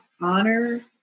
honor